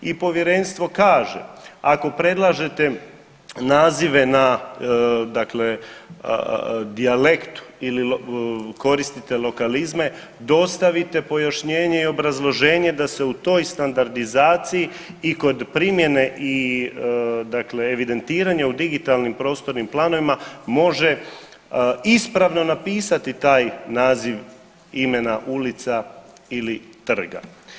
I povjerenstvo kaže ako predlažete nazive na dakle dijalektu ili koristite lokalizme dostavite pojašnjenje i obrazloženje da se u toj standardizaciji i kod primjene i dakle evidentiranja u digitalnim prostornim planovima može ispravno napisati taj naziv imena ulica ili trga.